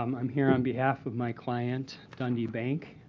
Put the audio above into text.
um i'm here on behalf of my client dundee bank.